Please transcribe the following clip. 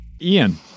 Ian